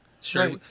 Sure